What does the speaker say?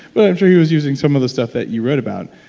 but i'm sure he was using some of the stuff that you wrote about